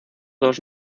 dos